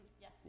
Yes